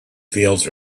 fields